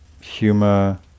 humor